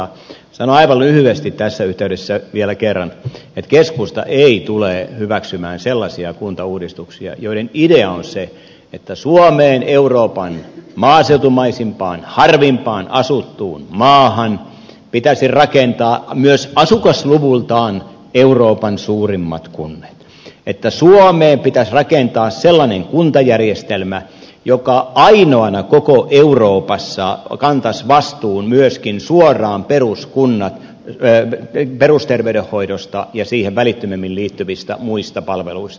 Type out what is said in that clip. sanon aivan lyhyesti tässä yhteydessä vielä kerran että keskusta ei tule hyväksymään sellaisia kuntauudistuksia joiden idea on se että suomeen euroopan maaseutumaisimpaan harvimpaan asuttuun maahan pitäisi rakentaa myös asukasluvultaan euroopan suurimmat kunnat että suomeen pitäisi rakentaa sellainen kuntajärjestelmä joka ainoana koko euroopassa kantaisi vastuun myöskin suoraan perusterveydenhoidosta ja siihen välittömimmin liittyvistä muista palveluista